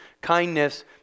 kindness